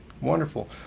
Wonderful